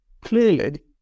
clearly